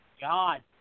God